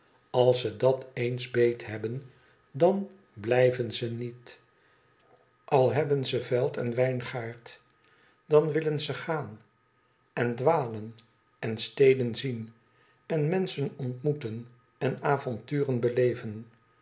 als ze dat eens beet hebben dan blijven ze niet al hebben ze veld en wijngaard dan willen ze gaan en dwalen en steden zien en menschen ontmoeten en avonturen beleven